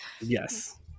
Yes